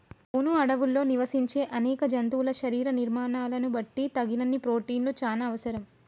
వును అడవుల్లో నివసించే అనేక జంతువుల శరీర నిర్మాణాలను బట్టి తగినన్ని ప్రోటిన్లు చానా అవసరం